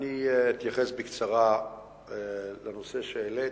אני אתייחס בקצרה לנושא שהעלית.